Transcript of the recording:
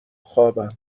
خوابم